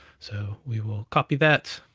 so we will copy that,